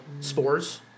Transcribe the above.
sports